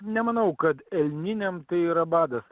nemanau kad elniniam tai yra badas